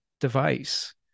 device